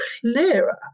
clearer